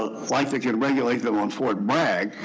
ah like like and regulate them on fort bragg,